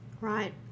Right